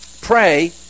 Pray